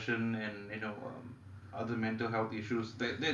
I'm kind of depression and other mental health issues that that just seems to me